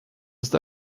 ist